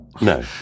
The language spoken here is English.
No